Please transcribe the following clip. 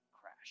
crash